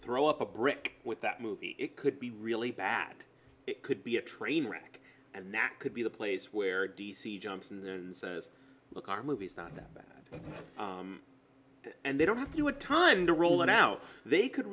throw up a brick with that movie it could be really bad it could be a train wreck and that could be the place where d c jumps and says look are movies not that bad and they don't have to do a time to roll it out they could